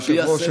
היושב-ראש,